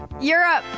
Europe